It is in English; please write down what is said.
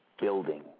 building